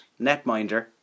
netminder